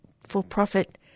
for-profit